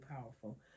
powerful